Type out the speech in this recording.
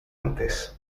antes